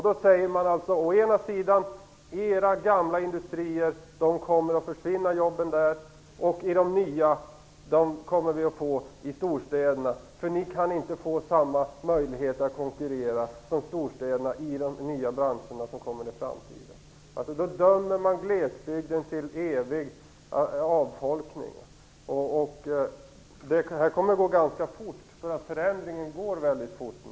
Då säger man att jobben i era gamla industrier kommer att försvinna och att de nya kommer att finnas i storstäderna. Ni kan inte få samma möjlighet att konkurrera som storstäderna i de nya branscher som kommer i framtiden. Då dömer man glesbygden till evig avfolkning. Det här kommer att gå ganska fort, för förändringen går väldigt fort nu.